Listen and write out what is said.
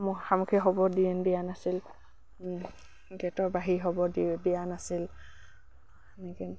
মুখামুখি হ'ব দিয়া নাছিল গেটৰ বাহিৰ হ'ব দিয়া নাছিল সেনেকে